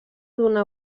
donar